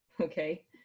okay